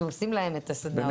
אנחנו עושים להם את הסדנאות האלה.